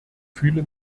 fühle